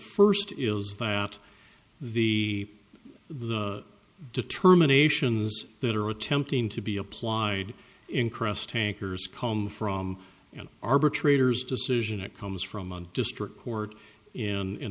that the the determinations that are attempting to be applied in cross tankers come from an arbitrator's decision that comes from a district court in